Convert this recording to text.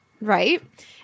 right